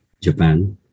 Japan